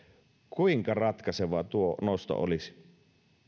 kuinka ratkaiseva tuo nosto olisi